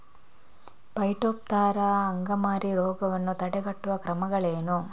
Phytophthora ಅಂಗಮಾರಿ ರೋಗವನ್ನು ತಡೆಗಟ್ಟುವ ಕ್ರಮಗಳೇನು?